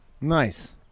Nice